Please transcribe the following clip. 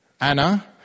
Anna